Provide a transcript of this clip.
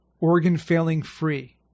organ-failing-free